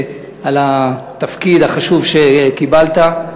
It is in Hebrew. על התפקיד החשוב שקיבלת,